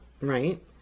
Right